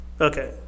okay